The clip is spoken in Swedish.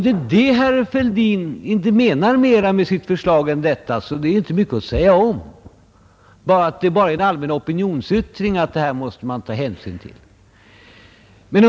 Menar herr Fälldin inte mera med sitt förslag än detta, är det inte mycket att säga om det. Det är bara en allmän opinionsyttring, att man måste taga hänsyn till detta.